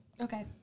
Okay